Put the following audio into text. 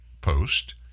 post